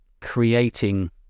creating